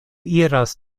iras